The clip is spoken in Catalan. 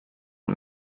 del